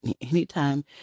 Anytime